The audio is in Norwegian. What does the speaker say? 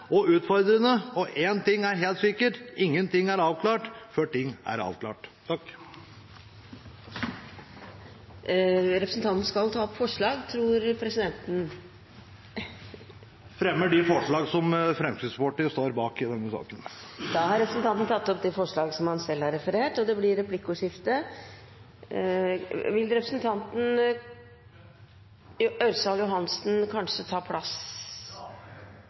og utfordrende, og at én ting er helt sikkert: Ingen ting er avklart før ting er avklart. Presidenten tror at representanten skal ta opp forslag. Jeg fremmer de forslagene som Fremskrittspartiet står bak i denne saken. Da har representanten Morten Ørsal Johansen tatt opp de forslagene han refererte til. Det blir replikkordskifte.